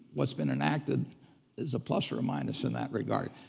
what's been enacted is a plus or a minus in that regard.